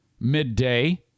midday